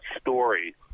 story